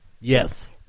Yes